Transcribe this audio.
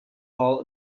hall